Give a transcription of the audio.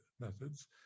methods